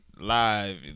live